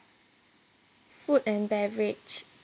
food and beverage